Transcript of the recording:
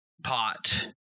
pot